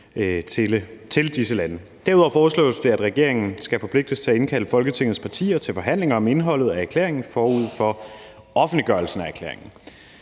til disse lande. Derudover foreslås det, at regeringen skal forpligtes til at indkalde Folketingets partier til forhandlinger om indholdet af erklæringen forud for offentliggørelsen af erklæringen.